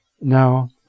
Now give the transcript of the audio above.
now